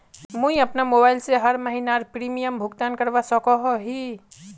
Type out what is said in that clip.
मुई अपना मोबाईल से हर महीनार प्रीमियम भुगतान करवा सकोहो ही?